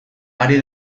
ari